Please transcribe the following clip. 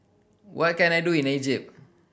what can I do in Egypt